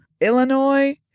Illinois